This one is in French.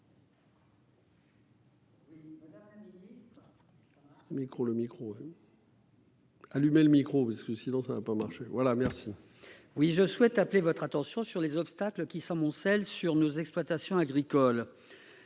Oui je souhaite appeler votre attention sur les obstacles qui s'amoncellent sur nos exploitations agricoles.